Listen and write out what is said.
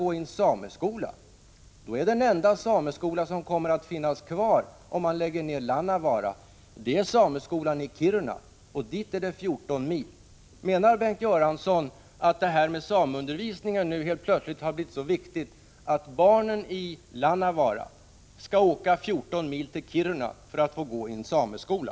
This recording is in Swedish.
Men om man lägger ned skolan i Lannavaara, är den enda sameskola som kommer att finnas kvar den i Kiruna, och dit är det 14 mil. Menar Bengt Göransson att sameundervisningen nu helt plötsligt har blivit så viktig att barnen i Lannavaara skall åka 14 mil till Kiruna för att få gå i en sameskola?